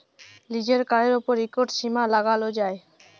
লিজের কাড়ের উপর ইকট সীমা লাগালো যায়